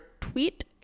tweet